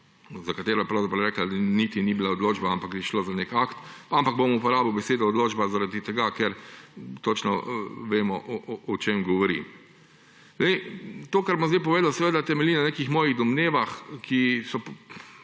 za katero je rekla, da niti ni bila odločba, ampak je šlo za nek akt: ampak bom uporabil besedo odločba zaradi tega, ker točno vemo, o čem govori. To, kar bom zdaj povedal, temelji na nekih mojih domnevah, ki pa